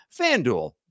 FanDuel